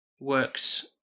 works